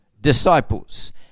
disciples